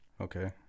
Okay